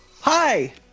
Hi